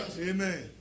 Amen